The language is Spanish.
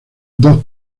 dos